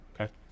Okay